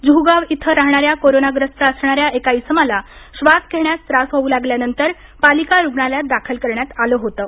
जुहूगाव इथं राहणाऱ्या कोरोना ग्रस्त असणाऱ्या एका इसमाला श्वास घेण्यास त्रास होवू लागल्यानंतर पालिका रूग्णालयात दाखल करण्यात आलं होतं